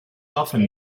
often